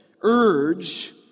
Urge